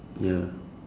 ya